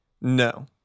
No